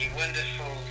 wonderful